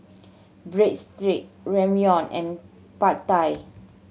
Breadstick Ramyeon and Pad Thai